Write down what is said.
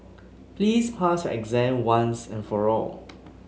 please pass your exam once and for all